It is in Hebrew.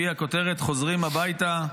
והיא הכותרת: חוזרים הביתה,